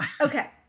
okay